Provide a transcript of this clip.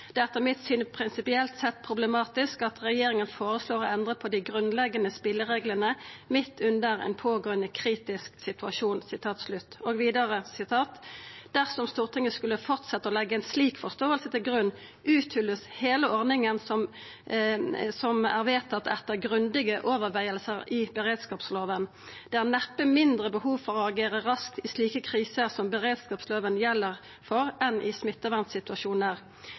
regjeringen foreslår å endre på de grunnleggende spillereglene midt under en pågående kritisk situasjon.» Og vidare: «Hvis Stortinget skulle fortsette å legge en slik forståelse til grunn, uthules hele ordningen som ble vedtatt etter grundige overveielser i beredskapsloven. Det er neppe mindre behov for å agere raskt i slike kriser som beredskapsloven gjelder for enn i